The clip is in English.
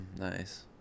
Nice